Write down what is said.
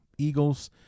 Eagles